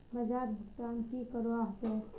बाजार भुगतान की करवा होचे?